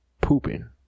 pooping